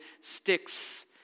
sticks